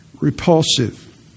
repulsive